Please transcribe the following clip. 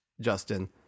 Justin